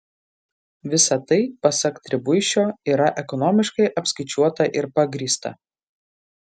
visa tai pasak tribuišio yra ekonomiškai apskaičiuota ir pagrįsta